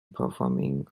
performing